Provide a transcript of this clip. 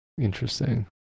Interesting